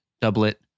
doublet